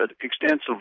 extensively